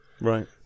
Right